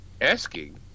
asking